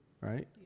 right